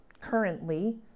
currently